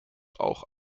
auch